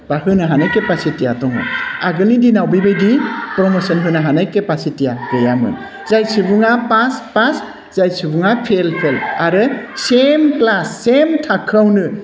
बा होनो हनाय केपासिटिया दङ आगोलनि दिनाव बेबायदि प्रम'सन होनो हानाय केपासिटिया गैयामोन जाय सुबुङा पास पास जाय सुबुङा फेल फेल आरो सेम क्लास सेम थाखोआवनो